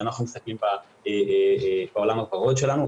כשאנחנו מסתכלים בעולם הוורוד שלנו,